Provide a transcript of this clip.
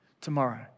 tomorrow